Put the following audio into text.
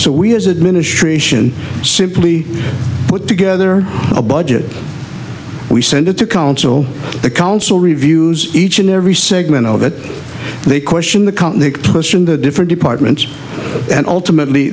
so we as administrator simply put together a budget we send it to council the council reviews each and every segment of it they question the conflict question the different departments and ultimately